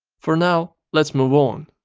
for now, let's move on.